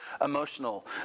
emotional